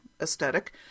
aesthetic